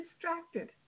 distracted